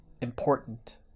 important